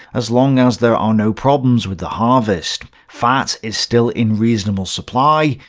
as long as there are no problems with the harvest. fat is still in reasonable supply.